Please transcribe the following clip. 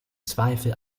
zweifel